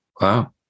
Wow